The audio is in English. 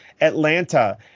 Atlanta